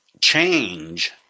change